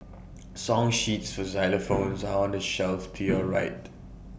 song sheets for xylophones are on the shelf to your right